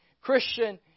Christian